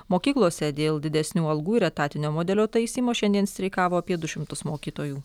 mokyklose dėl didesnių algų ir etatinio modelio taisymo šiandien streikavo apie du šimtus mokytojų